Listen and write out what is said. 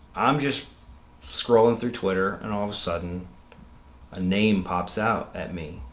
i'm just scrolling through twitter and all of a sudden a name pops out at me.